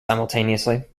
simultaneously